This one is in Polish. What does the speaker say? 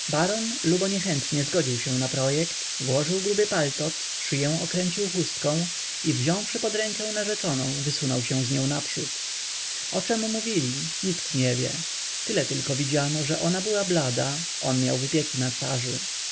lubo niechętnie zgodził się na projekt włożył gruby paltot szyję okręcił chustką i wziąwszy pod rękę narzeczoną wysunął się z nią naprzód o czem mówili nikt nie wie tyle tylko widziano że ona była blada on miał wypieki na